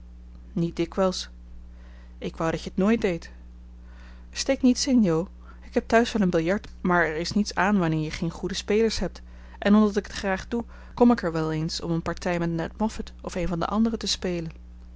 niet dikwijls ik wou dat je t nooit deedt er steekt niets in jo ik heb thuis wel een biljart maar er is niets aan wanneer je geen goede spelers hebt en omdat ik het graag doe kom ik er wel eens om een partij met ned moffat of een van de anderen te spelen